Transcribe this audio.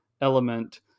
element